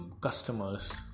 customers